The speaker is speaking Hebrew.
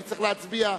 אני צריך לערוך הצבעה,